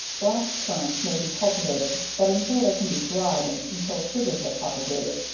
black currants, may be cultivated but until they can be dryed, and until sugars are propagated,